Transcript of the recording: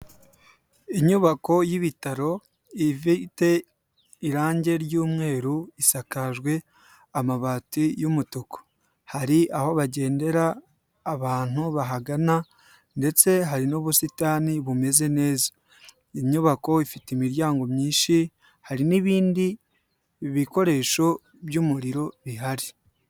Inyubako y'ibitaro ifite irangi ry'umweru isakajwe amabati y'umutuku hari aho bagendera abantu bahagana ndetse hari n'ubusitani bumeze neza inyubako ifite imiryango myinshi hari n'ibindi bikoresho by'umuriro bihari.